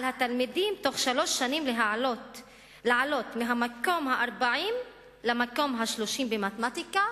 על התלמידים לעלות בתוך שלוש שנים מהמקום ה-40 למקום ה-30 במתמטיקה,